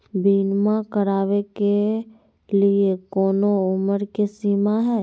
बीमा करावे के लिए कोनो उमर के सीमा है?